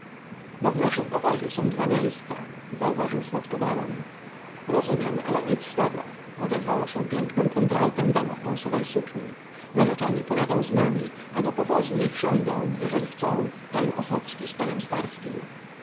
bo w naszym powozie są dwa miejsca słodko zauważył baron rozumiem ale nic z tego odezwała się pięknym kontraltem dama w pąsowej sukni narzeczeni pojadą z nami a do powozu niech siądą jeżeli chcą pan ochocki z panem starskim